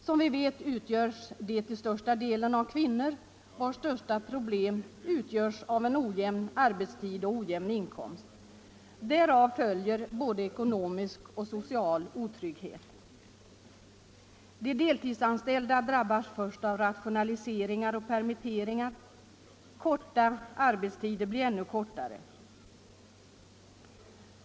De deltidsanställda utgörs som vi vet till övervägande del av kvinnor, vilkas största problem utgörs av en ojämn arbetstid och ojämn inkomst. Därav följer både ekonomisk och social otrygghet. De deltidsarbetande är de som först drabbas av rationaliseringar och permitteringar. Korta arbetstider blir ännu kortare.